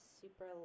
super